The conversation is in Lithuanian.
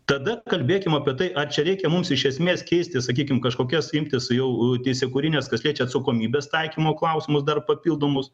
tada kalbėkim apie tai ar čia reikia mums iš esmės keisti sakykim kažkokias imtis jau teisėkūrinės kas liečia atsakomybės taikymo klausimus dar papildomus